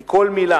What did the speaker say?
כי כל מלה,